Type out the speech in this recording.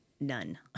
none